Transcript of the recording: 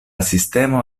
sistemo